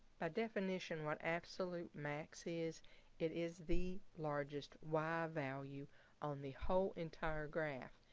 by definition, what absolute max is it is the largest y value on the whole entire graph.